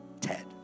Ted